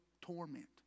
torment